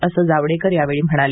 असं जावडेकर यावेळी म्हणाले